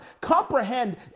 Comprehend